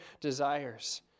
desires